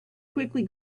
quickly